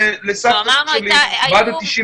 לסבתא שלי בת ה-92,